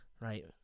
right